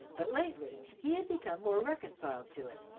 but lately he had become more reconciled to it,